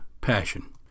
Passion